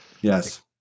Yes